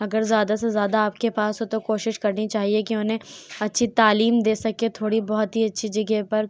اگر زیادہ سے زیادہ آپ کے پاس ہو تو کوشش کرنی چاہیے کہ انہیں اچھی تعلیم دے سکیں تھوڑی بہت ہی اچھی جگہ پر